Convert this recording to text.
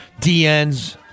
DNs